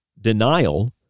denial